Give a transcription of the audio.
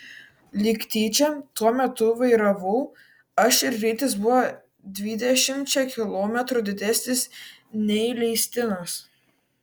lyg tyčia tuo metu vairavau aš ir greitis buvo dvidešimčia kilometrų didesnis nei leistinas